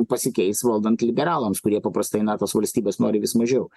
pasikeis valdant liberalams kurie paprastai na tos valstybės nori vis mažiau